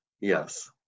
Yes